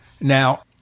now